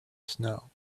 snow